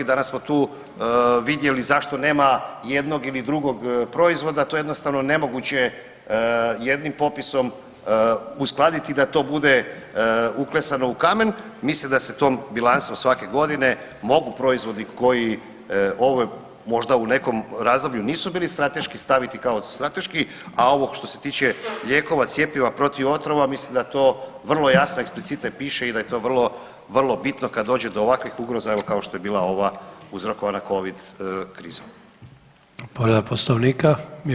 Danas smo tu vidjeli zašto nema jednog ili drugog proizvoda, to je jednostavno nemoguće jednim popisom uskladiti da to bude uklesano u kamen, mislim da se tom bilancom svake godine mogu proizvodi koji ovaj možda u nekom razdoblju nisu bili strateški staviti kao strateški, a ovog što se tiče lijekova, cjepiva, protuotrova mislim da to vrlo jasno eksplicite piše i da je to vrlo, vrlo bitno kad dođe do ovakvih ugroza evo kao što je bila ova uzrokovana Covid krizom.